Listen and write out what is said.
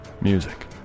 music